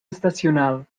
estacional